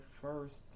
first